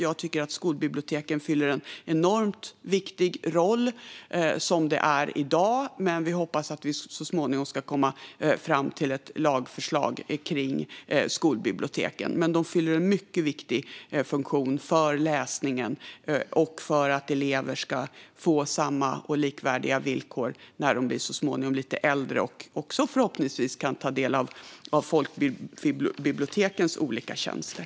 Jag tycker att skolbiblioteken fyller en enormt viktig roll som det är i dag, men vi hoppas att vi så småningom ska komma fram till ett lagförslag om skolbiblioteken. De fyller en mycket viktig funktion för läsningen och för att elever ska få samma och likvärdiga villkor när de så småningom blir lite äldre och förhoppningsvis kan ta del också av folkbibliotekens olika tjänster.